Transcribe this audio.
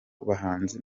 bahanzi